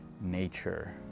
nature